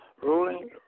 ruling